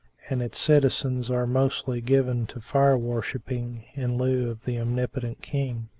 and its citizens are mostly given to fire-worshipping in lieu of the omnipotent king.